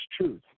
truth